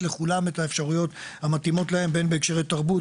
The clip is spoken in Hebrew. לכולם את האפשרויות המתאימות להם בין בהקשרי תרבות,